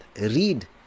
Read